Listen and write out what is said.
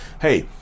Hey